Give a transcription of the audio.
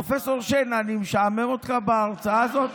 פרופ' שיין, אני משעמם אותך בהרצאה הזאת?